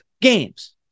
games